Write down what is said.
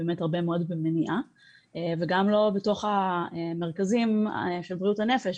באמת הרבה מאוד במניעה וגם לא בתוך המרכזים של בריאות הנפש,